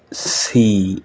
C